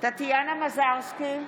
טטיאנה מזרסקי,